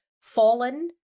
fallen